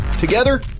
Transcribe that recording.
Together